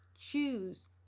Choose